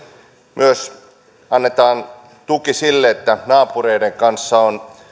myös annetaan tuki sille että naapureiden kanssa on